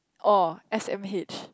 oh S_M_H